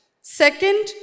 Second